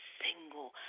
single